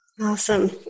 Awesome